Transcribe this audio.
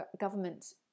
government